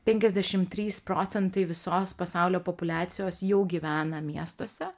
penkiasdešim trys procentai visos pasaulio populiacijos jau gyvena miestuose